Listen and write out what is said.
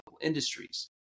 industries